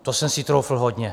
To jsem si troufl hodně.